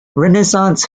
renaissance